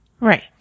Right